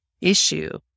issue